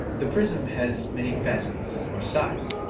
the prism has many facets, or sides,